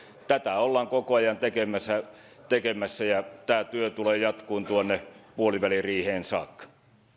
tätä ollaan koko ajan tekemässä tekemässä ja tämä työ tulee jatkumaan tuonne puoliväliriiheen saakka